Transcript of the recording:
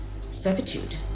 servitude